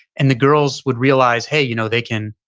and the girls would realize, hey, you know they can,